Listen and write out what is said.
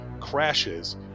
crashes